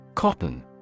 Cotton